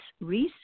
Reese